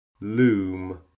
loom